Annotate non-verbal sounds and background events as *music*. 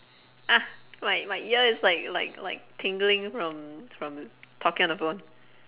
*noise* my my ear is like like like tingling from from talking on the phone